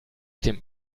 dem